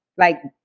like,